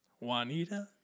Juanita